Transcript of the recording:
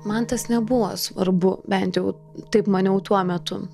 man tas nebuvo svarbu bent jau taip maniau tuo metu